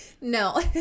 No